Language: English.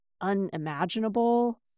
unimaginable